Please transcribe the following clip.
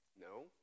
No